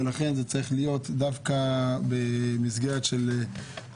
ולכן זה צריך להיות דווקא במסגרת של דיון